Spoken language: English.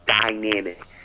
dynamic